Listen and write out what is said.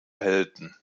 helden